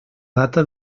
data